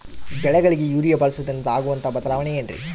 ಬೆಳೆಗಳಿಗೆ ಯೂರಿಯಾ ಬಳಸುವುದರಿಂದ ಆಗುವಂತಹ ಬದಲಾವಣೆ ಏನ್ರಿ?